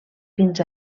fins